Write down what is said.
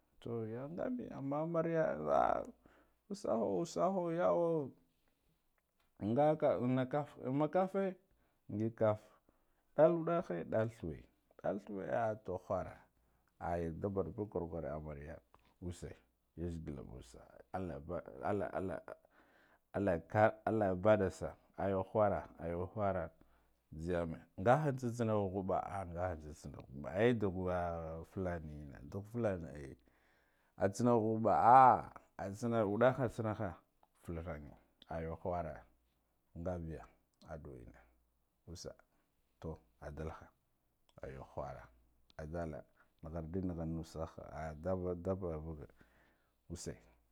Ta yanga bi amma amrya ah usahol asaho yawa ngaka amakaf immakafe ngig kaf daleidahe ɗal thuwe ɗal thuwe ah to whara ayo da barbug kurkwame antarga use yadgila mɓo sa'a allah ba allah allah allah ka allah baba sa'a ayo whara ayo whara juiyene ngahan tsiki ghuɓa ghuɓa ah ngaha tsitsin ai dugu fulani yine ayo whara ngabiya a ɗuwa ina use to a dalha to ayo whera a dala niga adi nigna nusaha ah da da barbage use.